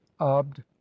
abd